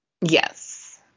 Yes